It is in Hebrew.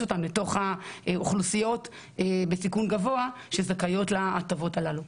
אותם לתוך האוכלוסיות בסיכון גבוה שזכאיות להטבות הללו.